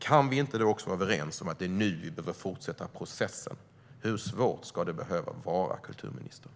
Kan vi då inte vara överens om att vi behöver fortsätta processen? Hur svårt ska det behöva vara, kulturministern?